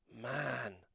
man